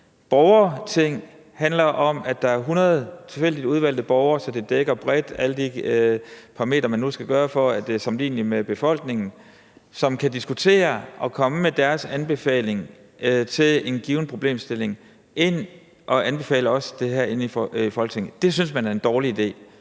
befolkningen, så det dækker bredt – som kan diskutere og komme med deres anbefaling til en given problemstilling og anbefale det til os herinde i Folketinget. Det synes man er en dårlig idé.